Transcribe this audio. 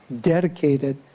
dedicated